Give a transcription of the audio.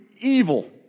evil